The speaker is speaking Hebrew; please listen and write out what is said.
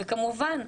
וכמובן,